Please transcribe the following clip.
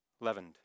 Leavened